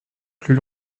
plus